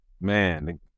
man